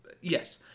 Yes